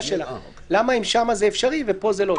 למה שם זה אפשרי וכאן לא?